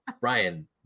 Ryan